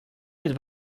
mit